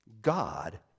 God